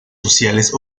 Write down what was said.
sociales